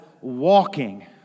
walking